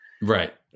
Right